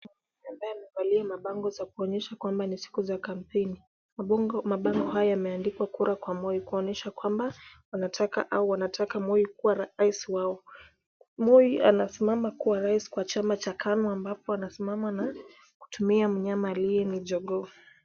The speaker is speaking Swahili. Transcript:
Ambaye amevalia mabango ya kunyesha ni siku za kampeni. Mabango haya yameandikwa kura kwa Moi, kuonyesha kwamba anataka au wanataka Moi kuwa rais wao. Moi anasimama kuwa rais kwa chama cha KANU ambapo anasimama na kutumia mnyama aliye ni jogoo.